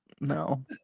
no